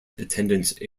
attendance